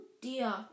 dear